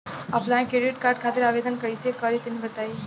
Offline credit card खातिर आवेदन कइसे करि तनि बताई?